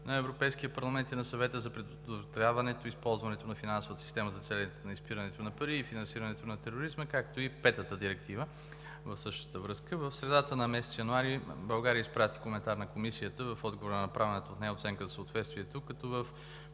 на Европейския парламент и на Съвета за предотвратяване използването на финансовата система за целите на изпирането на пари и финансирането на тероризма, както и петата директива в същата връзка. В средата на месец януари 2019 г. България изпрати коментари на Комисията в отговор на направената от нея оценка за съответствието, като в